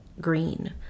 green